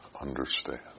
understand